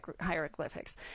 hieroglyphics